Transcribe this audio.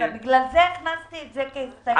לכן הכנסתי את זה כהסתייגות.